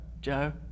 Joe